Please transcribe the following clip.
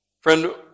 Friend